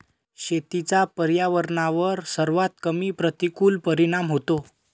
शेतीचा पर्यावरणावर सर्वात कमी प्रतिकूल परिणाम होतो